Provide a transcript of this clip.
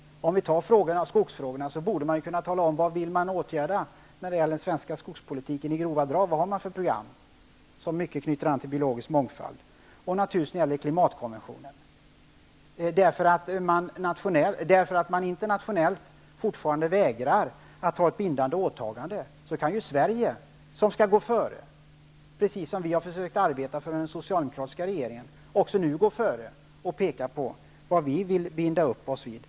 När det t.ex. gäller skogsfrågorna borde man kunna tala om vad man i grova drag vill åtgärda i den svenska skogspolitiken och vad man har för program som knyter an till biologisk mångfald och klimatkonventionen. Trots att man internationellt fortfarande vägrar att göra ett bindande åtagande kan Sverige gå före. Så har vi försökt arbeta i den socialdemokratiska regeringen. Vi skulle också nu kunna gå före och peka på vad vi vill binda upp oss vid.